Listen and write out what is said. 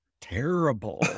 terrible